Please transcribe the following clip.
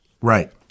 right